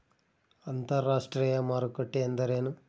ಅಂತರಾಷ್ಟ್ರೇಯ ಮಾರುಕಟ್ಟೆ ಎಂದರೇನು?